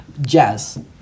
jazz